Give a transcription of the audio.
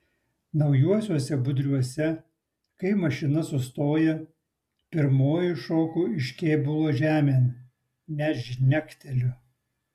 naujuosiuose budriuose kai mašina sustoja pirmoji šoku iš kėbulo žemėn net žnekteliu